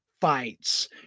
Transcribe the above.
fights